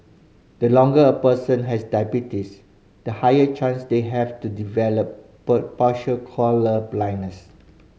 the longer a person has diabetes the higher chance they have of to develop partial colour blindness